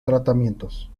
tratamientos